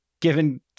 given